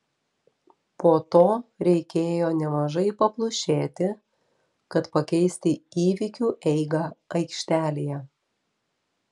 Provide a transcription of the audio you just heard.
po to reikėjo nemažai paplušėti kad pakeisti įvykių eigą aikštelėje